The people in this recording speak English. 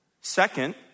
second